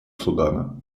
судана